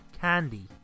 Candy